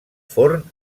forn